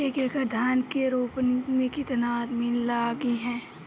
एक एकड़ धान के रोपनी मै कितनी आदमी लगीह?